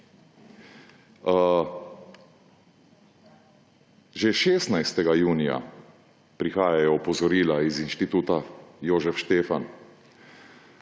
Že 16. junija prihajajo opozorila iz Instituta Jožef Stefan,